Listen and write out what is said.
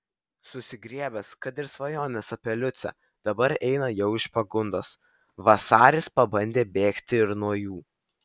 susigriebęs kad ir svajonės apie liucę dabar eina jau iš pagundos vasaris pabandė bėgti ir nuo jų